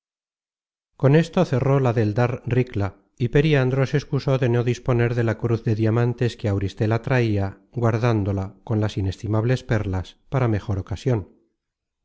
con esto cerró la del dar ricla y periandro se excusó de no disponer de la cruz de diamantes que auristela traia guardándola con las inestimables perlas para mejor ocasion